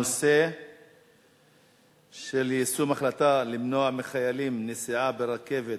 הנושא יישום ההחלטה למנוע מחיילים נסיעה ברכבת